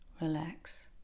relax